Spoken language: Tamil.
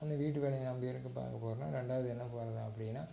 அந்த வீட்டு வேலைகளை நம்ம இருந்து பார்க்கப் போகிறோன்னா ரெண்டாவது எங்கே போகிறது அப்படின்னா